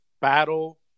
battle